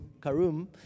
Karum